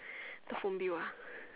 the phone bill ah